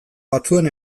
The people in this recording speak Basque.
batzuen